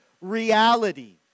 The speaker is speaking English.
reality